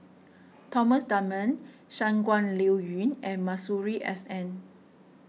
Thomas Dunman Shangguan Liuyun and Masuri S N